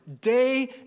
day